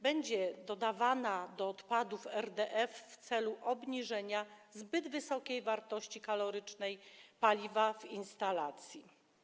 Będzie dodawana do odpadów RDF w celu obniżenia zbyt wysokiej wartości kalorycznej paliwa w instalacji.